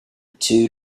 two